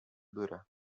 durar